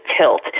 tilt